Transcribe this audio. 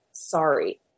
Sorry